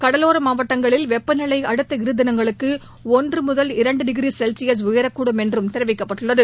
கடலோர மாவட்டங்களில் வெப்பநிலை அடுத்த இரு தினங்களுக்கு ஒன்று முதல் இரண்டு டிகிரி செல்சியஸ் உயரக்கூடும் என்றும் தெரிவிக்கப்பட்டுள்ளது